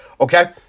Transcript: Okay